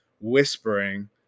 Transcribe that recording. whispering